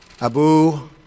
Abu